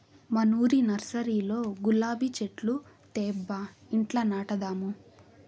మనూరి నర్సరీలో గులాబీ చెట్లు తేబ్బా ఇంట్ల నాటదాము